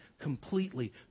completely